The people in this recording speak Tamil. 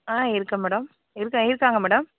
ஆ இருக்கேன் மேடம் இருக்கா இருக்காங்க மேடம்